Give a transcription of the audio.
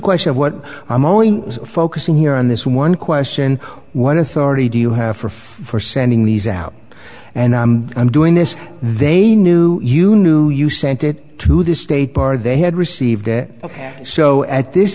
question of what i'm only focusing here on this one question what authority do you have for for sending these out and i'm doing this they knew you knew you sent it to the state bar they had received it so at this